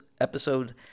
episode